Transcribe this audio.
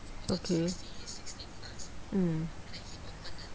okay mm